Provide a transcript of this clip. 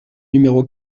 numéro